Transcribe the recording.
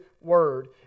word